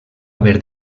haver